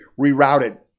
rerouted